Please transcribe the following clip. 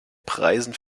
preisen